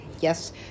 yes